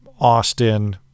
austin